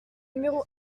numéro